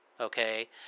Okay